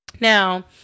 Now